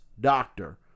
doctor